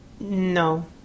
No